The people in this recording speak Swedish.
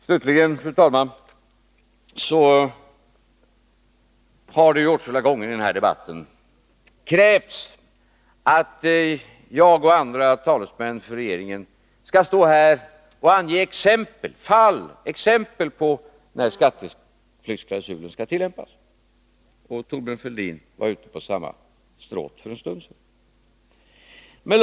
Slutligen: Det har åtskilliga gånger under den här debatten krävts att jag och andra talesmän för regeringen skall stå här i talarstolen och ange exempel på fall där skatteflyktsklausulen skall tillämpas. Thorbjörn Fälldin var ute på samma stråt för en stund sedan.